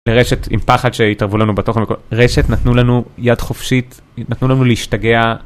ברשת עם פחד שהתערבו לנו בתוכנו, רשת נתנו לנו יד חופשית, נתנו לנו להשתגע.